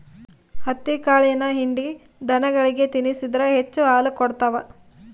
ಹತ್ತಿಕಾಳಿನ ಹಿಂಡಿ ದನಗಳಿಗೆ ತಿನ್ನಿಸಿದ್ರ ಹೆಚ್ಚು ಹಾಲು ಕೊಡ್ತಾವ